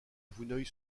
vouneuil